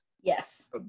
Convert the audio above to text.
Yes